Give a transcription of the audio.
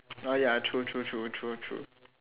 oh ya true true true true true